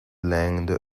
land